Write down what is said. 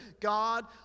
God